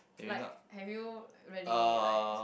like have you really like